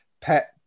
Pet